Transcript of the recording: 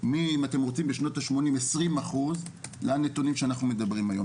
מאם אתם רוצים בשנות השמונים 20 אחוזים לנתונים שאנחנו מדברים עליהם.